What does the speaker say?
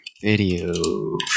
video